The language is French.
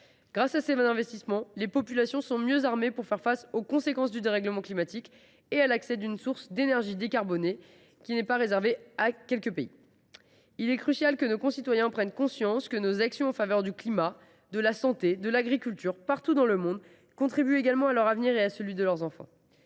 Grâce à ces investissements, les populations sont mieux armées pour faire face aux conséquences du dérèglement climatique ; ainsi, l’accès à une source d’énergie décarbonée n’est pas réservé à quelques pays. Il est crucial que nos concitoyens prennent conscience que nos actions en faveur du climat, de la santé et de l’agriculture, partout dans le monde, contribuent également à leur avenir et à celui de leurs enfants.